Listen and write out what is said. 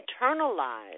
internalize